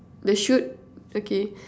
the shoot okay